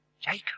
Jacob